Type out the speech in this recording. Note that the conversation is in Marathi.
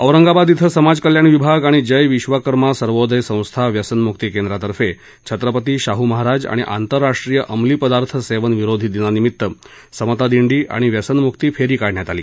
औरंगाबाद इथं समाजकल्याण विभाग आणि जय विश्वकर्मा सर्वोदय संस्था व्यसन म्क्ती केंद्रातर्फे छत्रपती शाहू महाराज आणि आंतरराष्ट्रीय अंमली पदार्थ सेवन विरोधी दिना निमित्त समता दिंडी आणि व्यसनमुक्ती फेरी काढण्यात आली